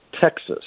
Texas